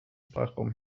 sprachraum